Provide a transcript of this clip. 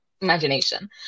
imagination